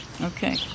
Okay